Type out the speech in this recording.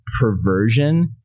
perversion